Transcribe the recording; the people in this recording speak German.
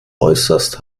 äußerst